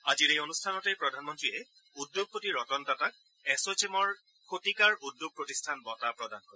আজিৰ এই অনুষ্ঠানতেই প্ৰধানমন্ত্ৰীয়ে উদ্যোগপতি ৰতন টাটাক এছচেমৰ শতিকাৰ উদ্যোগ প্ৰতিষ্ঠান বঁটা প্ৰদান কৰে